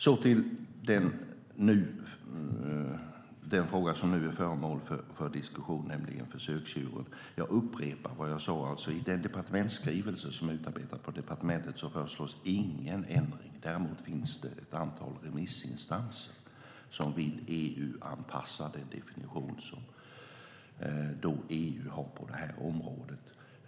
Så till den fråga som nu är föremål för diskussion, nämligen försöksdjuren. Jag upprepar vad jag sade: I den departementsskrivelse som är utarbetad på departementet föreslås ingen ändring. Däremot finns det ett antal remissinstanser som vill anpassa definitionen till den definition som EU har på det här området.